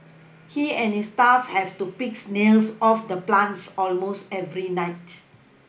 he and his staff have to pick snails off the plants almost every night